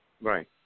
Right